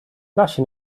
lascia